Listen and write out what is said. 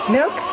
Milk